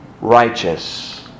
righteous